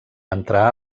entrà